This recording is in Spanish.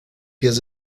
pies